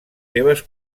seves